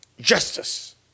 justice